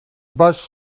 bus